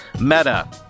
Meta